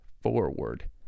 forward